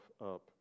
up